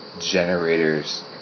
generators